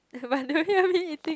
eating